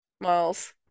Miles